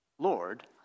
Lord